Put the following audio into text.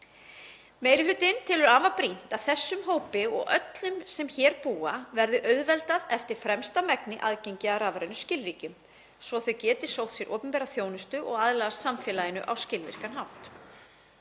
Meiri hlutinn telur afar brýnt að þessum hópi og öllum sem hér búa verði auðveldað eftir fremsta megni aðgengi að rafrænum skilríkjum svo þau geti sótt sér opinbera þjónustu og aðlagast samfélaginu á skilvirkan hátt.